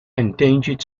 endangered